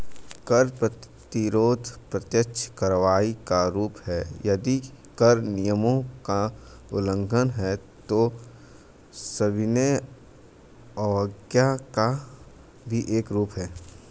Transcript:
कर प्रतिरोध प्रत्यक्ष कार्रवाई का रूप है, यदि कर नियमों का उल्लंघन है, तो सविनय अवज्ञा का भी एक रूप है